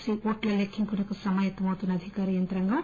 C ఓట్ల లెక్కింపుకు సమాయత్తమవుతున్న అధికార యంత్రాంగం